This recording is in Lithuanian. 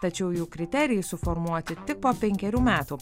tačiau jų kriterijai suformuoti tik po penkerių metų